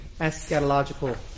eschatological